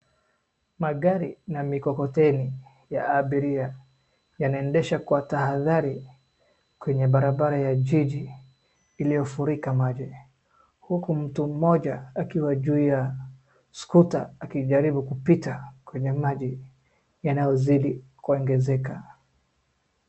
Magari na mikokoteni ya abiria yanaendeshwa kwa atadhari kwenye barabara ya jiji iliyofurika maji. Huku mmoja ukiwa juu ya skuta akijaribu kupita kwenye maji yanayozidi kuoengezeka.